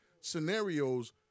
scenarios